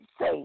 say